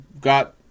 got